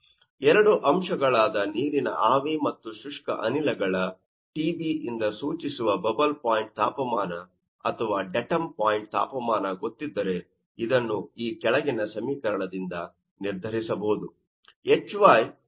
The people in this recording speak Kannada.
ಎರಡು ಅಂಶಗಳಾದ ನೀರಿನ ಆವಿ ಮತ್ತು ಶುಷ್ಕ ಅನಿಲಗಳ Tb ಇಂದ ಸೂಚಿಸುವ ಬಬಲ್ ಪಾಯಿಂಟ್ ತಾಪಮಾನ ಅಥವಾ ಡೆಟಮ್ ಪಾಯಿಂಟ್ ತಾಪಮಾನ ಗೊತ್ತಿದ್ದರೆ ಇದನ್ನು ಈ ಕೆಳಗಿನ ಸಮೀಕರಣದಿಂದ ನಿರ್ಧರಿಸಬಹುದು